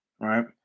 right